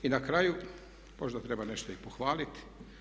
I na kraju, možda treba nešto i pohvaliti.